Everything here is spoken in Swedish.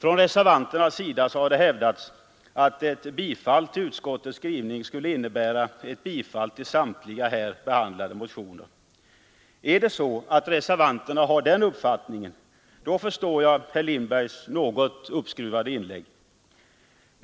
Reservanten herr Lindberg har hävdat att ett bifall till utskottets skrivning skulle innebära bifall till samtliga här behandlade motioner. Har reservanterna den uppfattningen, förstår jag herr Lindbergs något uppskruvade inlägg.